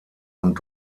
und